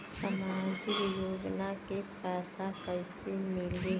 सामाजिक योजना के पैसा कइसे मिली?